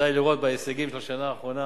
די לראות את הישגים של השנה האחרונה